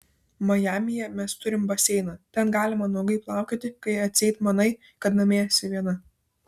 majamyje mes turime baseiną ten galima nuogai plaukioti kai atseit manai kad namie esi viena